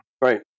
right